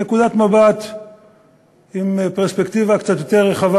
נקודת מבט עם פרספקטיבה קצת יותר רחבה